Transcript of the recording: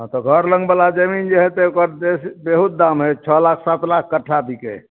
हँ तऽ घर लगवला जमीन जे है से ओकर जे हइ से बहुत दाम हइ छओ लाख सात लाख कट्ठा बिकै हइ